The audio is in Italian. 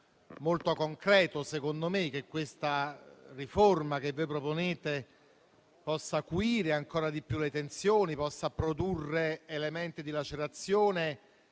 molto concreto, secondo me, che questa riforma che voi proponete possa acuire ancora di più le tensioni, possa produrre elementi di lacerazione